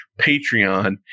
Patreon